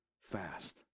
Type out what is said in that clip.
fast